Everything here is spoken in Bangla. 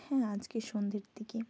হ্যাঁ আজকে সন্ধ্যের দিকে